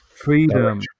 freedom